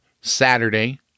Saturday